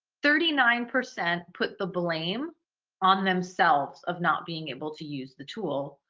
thirty nine percent put the blame on themselves of not being able to use the tool,